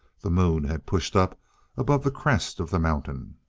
the moon had pushed up above the crest of the mountain.